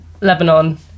Lebanon